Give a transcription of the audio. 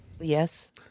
Yes